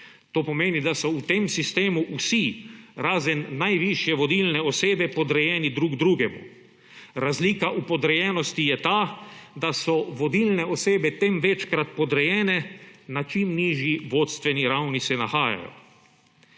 To pomeni, da so v tem sistemu vsi, razen najvišje vodilne osebe, podrejeni drug drugemu. Razlika v podrejenosti je ta, da so vodilne osebe tem večkrat podrejene na čim nižji vodstveni ravni se nahajajo.